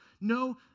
no